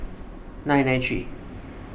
nine nine three